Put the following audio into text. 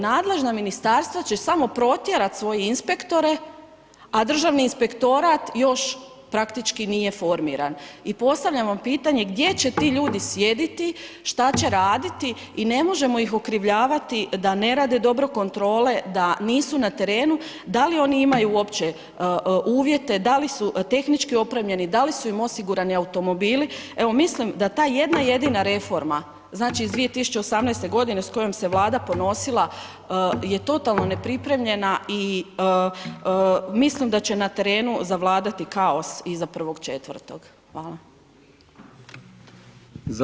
Nadležna ministarstva će samo protjerat svoje inspektore a Državni inspektorat još praktički nije formiran i postavljam vam pitanje gdje će ti ljudi sjediti, šta će raditi i ne možemo ih okrivljavati da ne rade dobro kontrole, da nisu na terenu, da li oni imaju uopće uvjete, da li su tehnički opremljeni, da li su im osigurani automobili, evo mislim da ta jedna jedina reforma, znači iz 2018. g. s kojom Se Vlada ponosila je totalno neprimljena i mislim da će na terenu zavladati kaos iza 1. 4. Hvala.